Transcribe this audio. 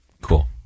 Cool